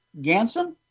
Ganson